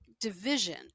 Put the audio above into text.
division